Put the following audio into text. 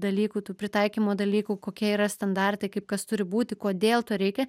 dalykų tų pritaikymo dalykų kokie yra standartai kaip kas turi būti kodėl to reikia